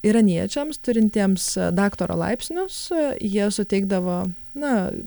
iraniečiams turintiems daktaro laipsnius jie suteikdavo na